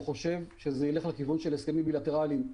הוא חושב שזה ילך לכיוון של הסכמים בילטרליים,